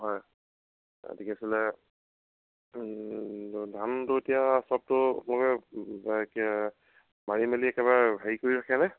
মাৰি মেলি একেবাৰে হেৰি কৰি ৰাখেনে